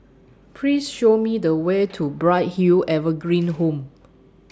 Please Show Me The Way to Bright Hill Evergreen Home